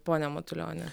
pone matulioni